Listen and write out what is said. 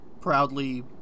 proudly –